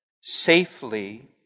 safely